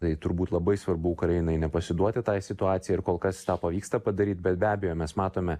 tai turbūt labai svarbu ukrainai nepasiduoti tai situacijai ir kol kas tą pavyksta padaryt bet be abejo mes matome